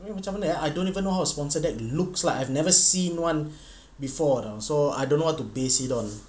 you know macam mana eh I don't even know how to sponsor that looks like I've never seen one before though so I don't know what to base it on